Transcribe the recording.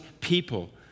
people